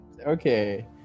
Okay